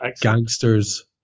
Gangsters